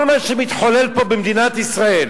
כל מה שמתחולל פה במדינת ישראל,